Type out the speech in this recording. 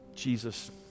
Jesus